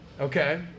Okay